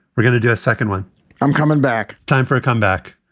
we're going to do a second one i'm coming back. time for a comeback.